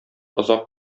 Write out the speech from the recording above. озак